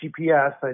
GPS